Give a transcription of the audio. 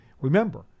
remember